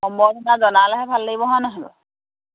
সম্বৰ্ধনা জনালেহে ভাল লাগিব হয় নহয় বাৰু